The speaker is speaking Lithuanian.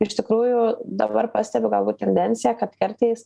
iš tikrųjų dabar pastebiu galbūt tendenciją kad kartais